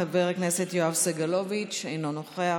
חבר הכנסת יואב סגלוביץ' אינו נוכח,